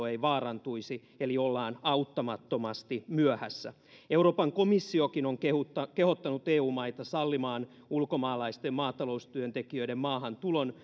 ei vaarantuisi eli ollaan auttamattomasti myöhässä euroopan komissiokin on kehottanut kehottanut eu maita sallimaan ulkomaalaisten maataloustyöntekijöiden maahantulon